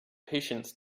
patience